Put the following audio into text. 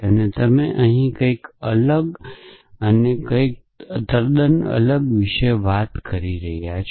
અને તમે અહીં કંઈક તદ્દન અલગ અને કંઈક તદ્દન અલગ વિશે વાત કરી રહ્યા છો